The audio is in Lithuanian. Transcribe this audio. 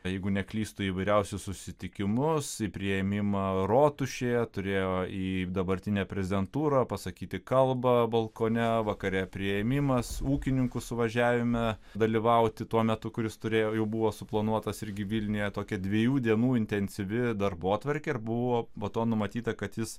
jeigu neklystu į įvairiausius susitikimus į priėmimą rotušėje turėjo į dabartinę prezidentūrą pasakyti kalbą balkone vakare priėmimas ūkininkų suvažiavime dalyvauti tuo metu kuris turėjo jau buvo suplanuotas irgi vilniuje tokia dviejų dienų intensyvi darbotvarkė ir buvo po to numatyta kad jis